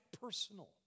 personal